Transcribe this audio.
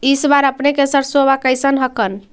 इस बार अपने के सरसोबा कैसन हकन?